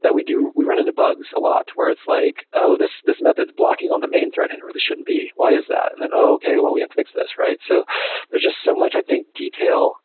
that we do we run into bugs a lot where it's like, oh, this this method is blocking on the main thread and it really shouldn't be. why is that? and then, oh, okay. well, we have to fix this, right? so there's just so much i think detail